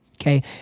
okay